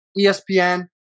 ESPN